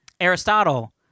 Aristotle